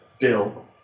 Bill